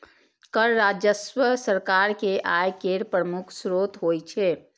कर राजस्व सरकार के आय केर प्रमुख स्रोत होइ छै